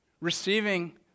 receiving